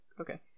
okay